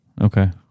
Okay